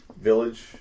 village